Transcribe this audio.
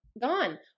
gone